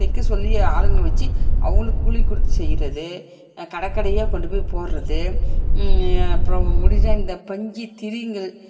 தைக்க சொல்லி ஆளுங்களை வெச்சு அவங்களுக்கு கூலி கொடுத்து செய்கிறது கடை கடையாக கொண்டு போய் போடுறது அப்புறம் முடிஞ்சால் இந்த பஞ்சு திரிகள்